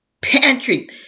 pantry